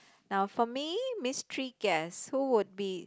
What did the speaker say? now for me mystery guest who would be